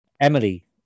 Emily